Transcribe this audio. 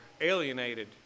alienated